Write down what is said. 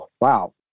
wow